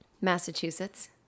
Massachusetts